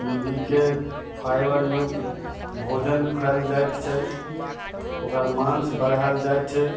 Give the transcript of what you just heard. मुर्गीके फाइबर युक्त भोजन खुआएल जाइत छै ओकर मासु बढ़ाएल जाइत छै